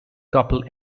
couple